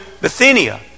Bithynia